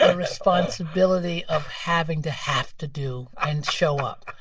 ah responsibility of having to have to do and show up.